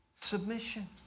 Submission